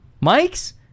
Mike's